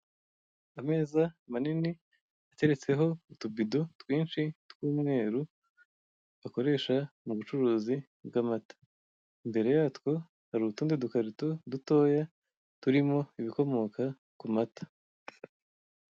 Ameza manini, ateretseho utubido twinshi tw'umweru, bakoresha mu bucuruzi bw'amata, imbere yatwo hari utundi dukarito dutoya turimo ibikomoka ku mata.